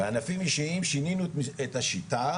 בענפים אישיים שינינו את השיטה,